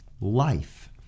life